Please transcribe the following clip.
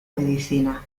medicina